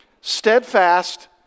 steadfast